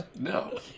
No